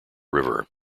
river